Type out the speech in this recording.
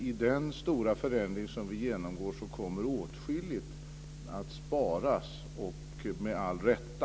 I den stora förändring som vi genomgår kommer nog åtskilligt att sparas, med all rätta.